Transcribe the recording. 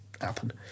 happen